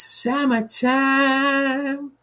summertime